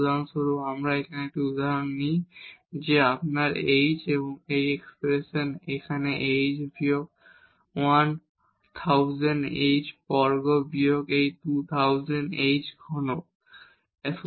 উদাহরণস্বরূপ আপনার h এবং এই এক্সপ্রেশন এখানে h বিয়োগ 1000 h বর্গ বিয়োগ এই 2000 h ঘনক আছে